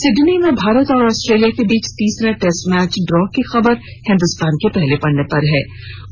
Sydney में भारत और Australia के बीच तीसरा टेस्ट मैच ड्रॉ की खबर को हिन्दुस्तान ने पहले पन्ने पर जगह दी है